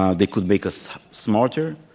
um they could make us smarter.